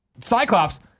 Cyclops